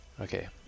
okay